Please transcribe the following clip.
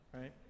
Right